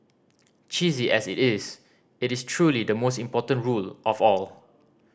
cheesy as it is it is truly the most important rule of all